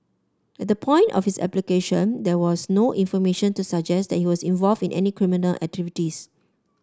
at the point of his application there was no information to suggest that he was involved in any criminal activities